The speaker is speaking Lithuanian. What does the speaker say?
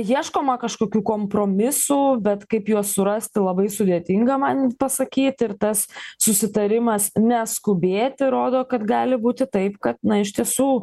ieškoma kažkokių kompromisų bet kaip juos surasti labai sudėtinga man pasakyt ir tas susitarimas neskubėti rodo kad gali būti taip kad iš tiesų